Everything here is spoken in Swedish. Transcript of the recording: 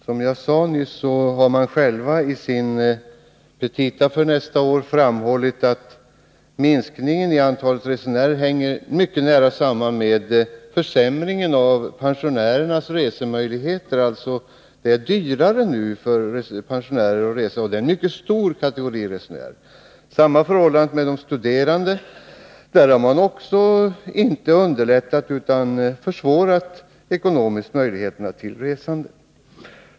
Som jag nyss sade har man själv i sin petita för nästa år framhållit att minskningen av antalet resande hänger mycket nära samman med försämringen av pensionärernas resemöjligheter. Det är dyrare att resa nu för pensionärerna, som är en mycket stor kategori resande. Samma förhållande är det med de studerande, vilkas möjligheter att resa inte har underlättats utan försvårats ekonomiskt.